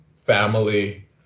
family